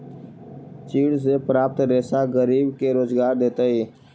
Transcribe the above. चीड़ से प्राप्त रेशा गरीब के रोजगार देतइ